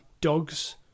dogs